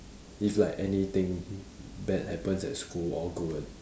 if like anything bad happens at school or good